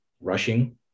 rushing